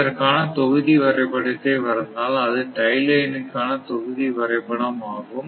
இதற்கான தொகுதி வரைபடத்தை வரைந்தால் அது டை லைன் க்கான தொகுதி வரைபடம் ஆகும்